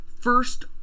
first